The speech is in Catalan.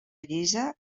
llisa